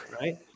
Right